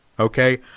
Okay